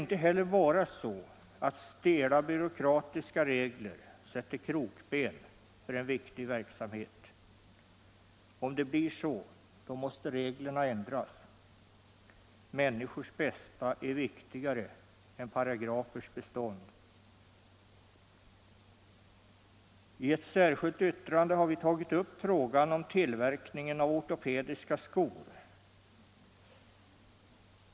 Inte heller stela byråkratiska regler får sätta krokben för en viktig verksamhet. Om det blir så, måste reglerna ändras. Människornas bästa är viktigare än paragrafernas bestånd. I ett särskilt yttrande har vi tagit upp frågan om tillverkning av or topediska skor.